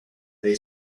they